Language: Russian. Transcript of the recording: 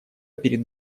перед